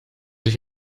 ich